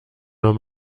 nur